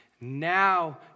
Now